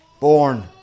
born